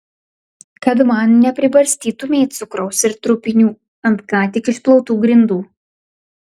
kad man nepribarstytumei cukraus ir trupinių ant ką tik išplautų grindų